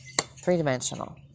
Three-dimensional